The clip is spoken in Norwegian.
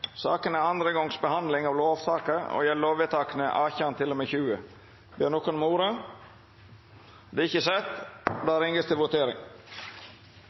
Sakene nr. 2–4 er andre gongs behandling av lovsaker og gjeld lovvedtaka 18–20. Det ligg ikkje føre nokon forslag til merknad. Stortingets lovvedtak er